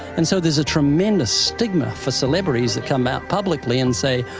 and so, there's a tremendous stigma for celebrities that come out publicly and say,